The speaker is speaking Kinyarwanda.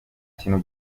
kintu